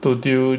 to deal